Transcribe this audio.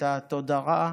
את התודעה,